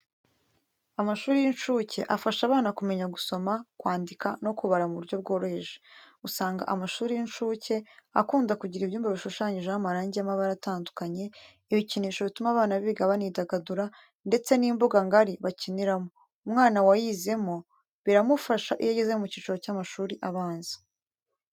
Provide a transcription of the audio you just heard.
Amashuri y'incuke afasha abana kumenya gusoma, kwandika no kubara mu buryo bworoheje. Usanga amashuri y'incuke akunda kugira ibyumba bishushanyijeho amarangi y’amabara atandukanye, ibikinisho bituma abana biga banidagadura ndetse n'imbuga ngari bakiniramo. Umwana wayizemo biramufasha iyo ageze mu cyiciro cy'amashuri abanza.